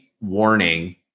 warning